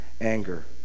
anger